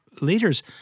leaders